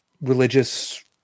religious